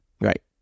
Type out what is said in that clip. Right